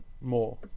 more